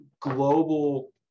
global